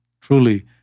Truly